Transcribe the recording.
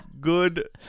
good